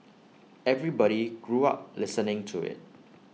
everybody grew up listening to IT